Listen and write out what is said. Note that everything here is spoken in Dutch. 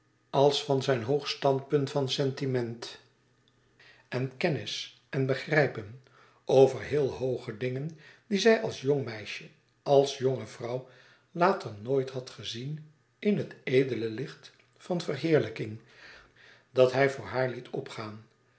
als van zijn hoog standpunt van sentiment en kennis en begrijpen over heel hooge dingen die zij als jong meisje als jonge vrouw later nooit had gezien in het edele licht van verheerlijking dat hij voor haar liet opgaan